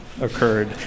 Occurred